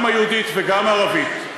גם היהודית וגם הערבית.